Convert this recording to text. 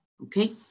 Okay